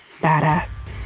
badass